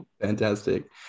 fantastic